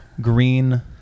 green